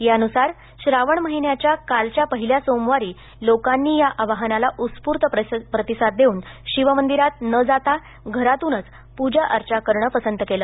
त्यानुसार श्रावण महिन्याच्या कालच्या पहिल्या सोमवारी लोकांनी या आवाहनाला उत्स्फूर्त प्रतिसाद देऊन शिवमंदिरात न जाता घरातूनच पूजा अर्चा करणे पसंत केले